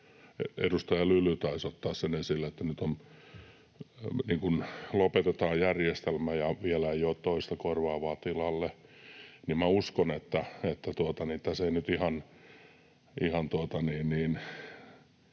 edustaja Lyly taisi ottaa sen esille — että nyt lopetetaan järjestelmä ja vielä ei ole toista korvaavaa tilalle, että minä uskon, että tässä ei nyt ihan